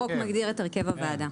החוק מגדיר את הרכב הוועדה.